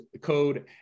code